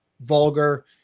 vulgar